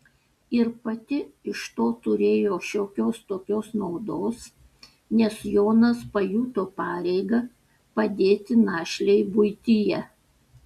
ir pati iš to turėjo šiokios tokios naudos nes jonas pajuto pareigą padėti našlei buityje